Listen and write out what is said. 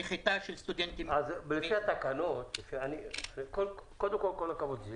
נחיתה של סטודנטים -- קודם כל, כל הכבוד לכם.